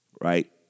Right